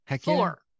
four